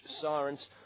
Sirens